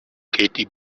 katy